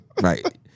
Right